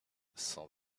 sans